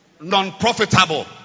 non-profitable